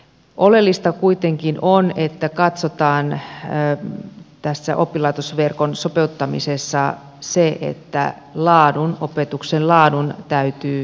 oleellista kuitenkin on että katsotaan tässä oppilaitosverkon sopeuttamisessa se että opetuksen laadun täytyy parantua